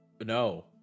no